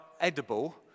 edible